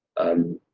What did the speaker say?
um,